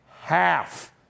half